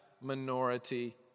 minority